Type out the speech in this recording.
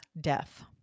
Death